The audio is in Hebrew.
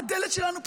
הדלת שלנו פתוחה.